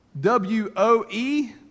W-O-E